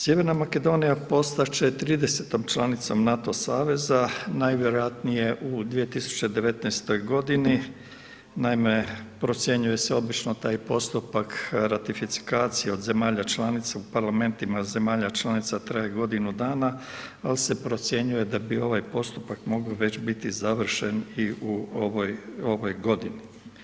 Sjeverna Makedonija, postati će 30 članicom NATO saveza, najvjerojatnije u 2019.g. naime procjenjuje se obično taj postupak ratifikacije od zemalja članice, parlamentima zemalja članica traje godinu dana, on se procjenjuje da bi ovaj postupak, mogao već biti završen i u ovoj godini.